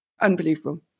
unbelievable